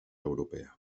europea